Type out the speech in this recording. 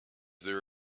there